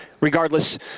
Regardless